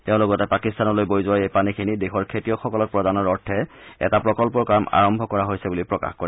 তেওঁ লগতে পাকিস্তানলৈ বৈ যোৱা এই পানীখিনি দেশৰ খেতিয়কসকলক প্ৰদানৰ অৰ্থে এটা প্ৰকল্পৰ কাম আৰম্ভ কৰা হৈছে বুলি প্ৰকাশ কৰে